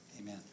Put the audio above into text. Amen